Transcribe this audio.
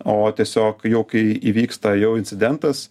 o tiesiog jau kai įvyksta jau incidentas